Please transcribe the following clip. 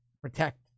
protect